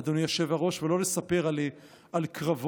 אדוני היושב-ראש, ולא לספר על קרבות.